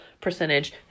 percentage